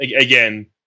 again